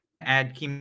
add